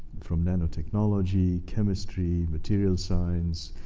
from nanotechnology, chemistry, materials science,